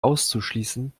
auszuschließen